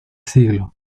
siglo